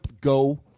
go